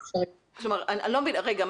רגע,